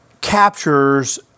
captures